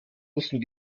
müssen